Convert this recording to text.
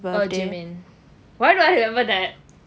oh ji min why do I remember that